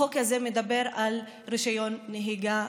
החוק הזה מדבר על רישיון נהיגה.